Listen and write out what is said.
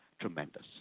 tremendous